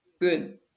good